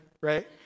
right